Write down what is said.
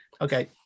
Okay